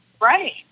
Right